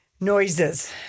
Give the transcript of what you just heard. noises